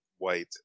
white